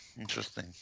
Interesting